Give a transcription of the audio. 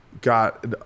got